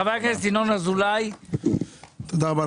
תודה רבה.